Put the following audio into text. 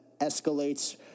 escalates